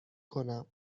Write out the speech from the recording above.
کنم